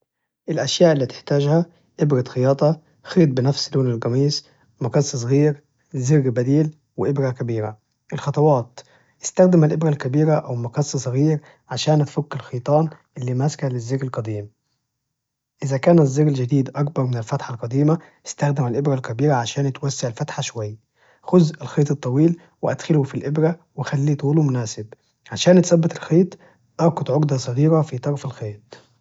الأشياء التي تحتاجها: إبرة خياطة، خيط بنفس لون الجميص، مجص صغير، زر بديل، وإبرة كبيرة، الخطوات: استخدم الإبرة الكبيرة أو مقص صغير عشان تفك الخيطان إللي ماسكه للزر القديم، إذا كان الزر الجديد أكبر من الفتحة القديمة استخدم الإبرة الكبيرة عشان توسع الفتحة شوي، خذ الخيط الطويل وأدخله في الإبرة وخلي طوله مناسب، عشان تسبت الخيط اربط عقدة صغيرة في طرف الخيط.